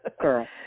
girl